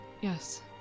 Yes